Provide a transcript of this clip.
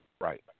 Right